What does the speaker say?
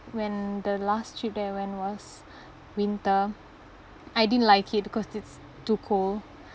when the last trip that I went was winter I didn't like it because it's too cold